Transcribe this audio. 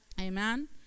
Amen